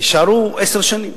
יישארו עשר שנים.